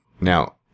Now